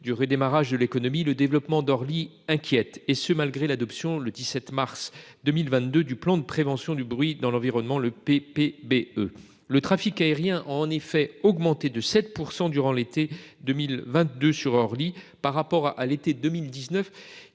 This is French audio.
du redémarrage de l'économie, le développement d'Orly inquiète, malgré l'adoption le 17 mars 2022 du plan de prévention du bruit dans l'environnement (PPBE). En effet, le trafic aérien a augmenté de 7 % durant l'été 2022 par rapport à l'été 2019,